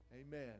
Amen